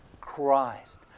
Christ